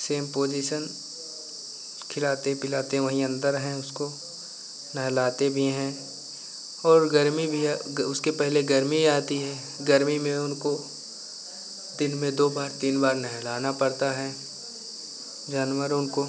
same position खिलाते पिलाते वही अन्दर हैं उसको नहलाते भी हैं और गर्मी भी है उसके पहले गर्मी आती है गर्मी में उनको दिन में दो बार तीन बार नहलाना पड़ता है जानवरों को